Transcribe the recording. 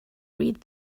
read